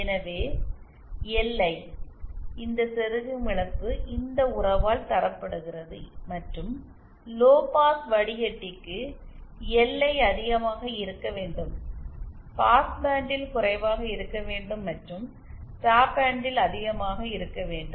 எனவே எல்ஐ இந்த செருகும் இழப்பு இந்த உறவால் தரப்படுகிறது மற்றும் லோ பாஸ் வடிகட்டிக்கு எல்ஐ அதிகமாக இருக்க வேண்டும் பாஸ்பேண்டில் குறைவாக இருக்க வேண்டும் மற்றும் ஸ்டாப் பேண்டில் அதிகமாக இருக்க வேண்டும்